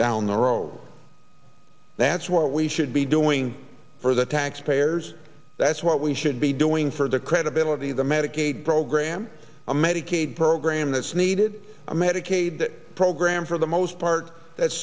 down the road that's what we should be doing for the taxpayers that's what we should be doing for the credibility of the medicaid program a medicaid program that's needed a medicaid program for the most part that